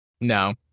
No